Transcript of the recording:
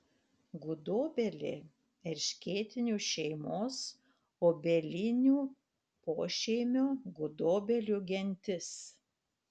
gudobelė erškėtinių šeimos obelinių pošeimio gudobelių gentis